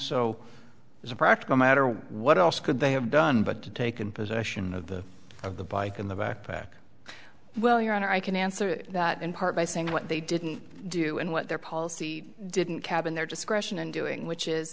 so as a practical matter what else could they have done but to taken possession of the of the bike in the backpack well your honor i can answer that in part by saying what they didn't do and what their policy didn't cabin their discretion in doing which is